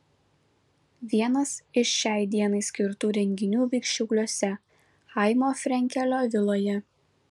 vienas iš šiai dienai skirtų renginių vyks šiauliuose chaimo frenkelio viloje